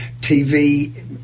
TV